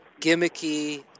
gimmicky